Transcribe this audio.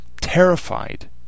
terrified